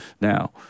Now